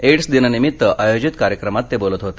AIDS दिनानिमित्त आयोजित कार्यक्रमात ते बोलत होते